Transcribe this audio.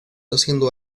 haciendo